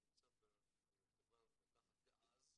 שנמצא בחברה המבטחת דאז,